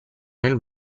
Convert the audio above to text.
nel